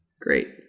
Great